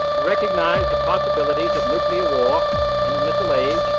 recognize the possibilities of nuclear war in the missile age